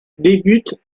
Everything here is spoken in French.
débute